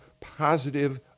positive